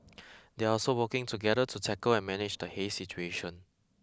they are also working together to tackle and manage the haze situation